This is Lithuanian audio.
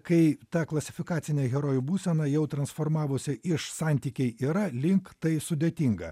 kai ta klasifikacinė herojų būsena jau transformavosi iš santykiai yra link tai sudėtinga